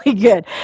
good